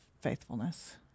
faithfulness